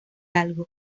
algo